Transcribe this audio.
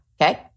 Okay